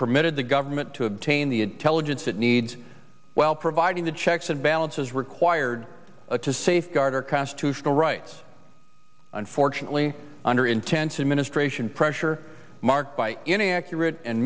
permitted the government to obtain the intelligence it needs while providing the checks and balances required to safeguard our constitutional rights unfortunately under intense administration pressure marked by inaccurate and